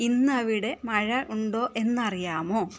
ഇന്ന് അവിടെ മഴ ഉണ്ടോ എന്നറിയാമോ